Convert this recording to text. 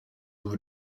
ubu